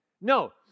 No